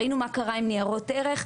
ראינו מה קרה עם ניירות ערך.